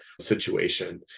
situation